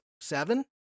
seven